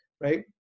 right